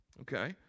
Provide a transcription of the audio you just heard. Okay